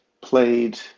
played